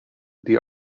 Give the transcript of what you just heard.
die